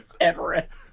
Everest